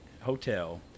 Hotel